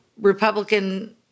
Republican